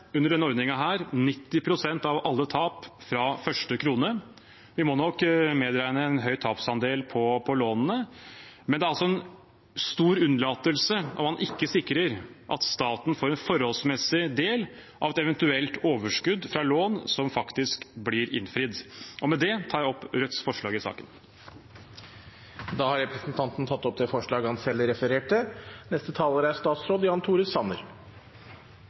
under denne ordningen 90 pst. av alle tap fra første krone. Vi må nok medregne en høy tapsandel på lånene, men det er en stor unnlatelse om man ikke sikrer at staten får en forholdsmessig del av et eventuelt overskudd fra lån som faktisk blir innfridd. Med det tar jeg opp Rødts forslag i saken. Representanten Bjørnar Moxnes har tatt opp de forslagene han refererte til. Det er